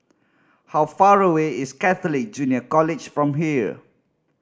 how far away is Catholic Junior College from here